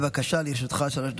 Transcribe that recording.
בבקשה, לרשותך שלוש דקות.